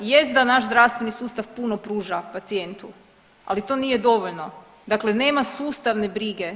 Jest da naš zdravstveni sustav puno pruža pacijentu, ali to nije dovoljno, dakle nema sustavne brige.